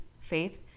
faith